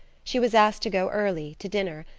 she was asked to go early, to dinner,